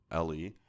LE